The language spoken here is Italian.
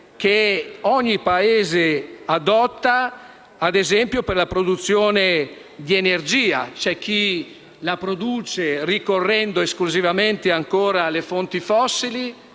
che ogni Paese adotta per la produzione di energia: c'è chi la produce ricorrendo esclusivamente alle fonti fossili